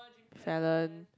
Fellon